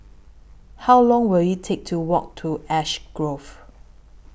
How Long Will IT Take to Walk to Ash Grove